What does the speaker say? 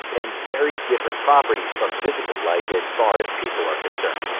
and very different properties from visible light, as far as people are concerned.